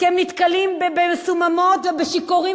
שנתקלים במסוממות ובשיכורים